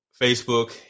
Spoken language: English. Facebook